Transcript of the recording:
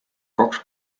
kaks